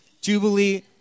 Jubilee